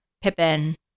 Pippin